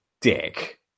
dick